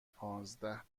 پانزده